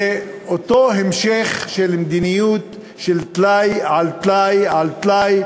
זה אותו המשך של מדיניות טלאי על טלאי על טלאי,